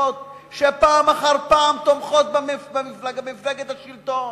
שפעם אחר פעם תומכות במפלגת השלטון.